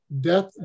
death